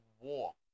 War